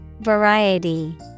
Variety